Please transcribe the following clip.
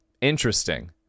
Interesting